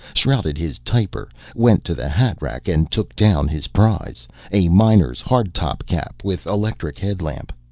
shrouded his typer, went to the hatrack and took down his prize a miner's hard-top cap with electric headlamp.